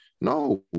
No